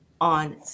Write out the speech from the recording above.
on